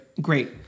great